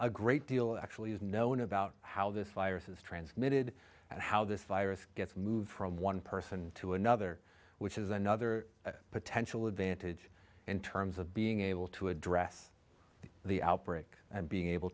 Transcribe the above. a great deal actually is known about how this virus is transmitted and how this virus gets moved from one person to another which is another potential advantage in terms of being able to address the outbreak and being able